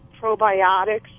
probiotics